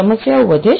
સમસ્યાઓ વધે છે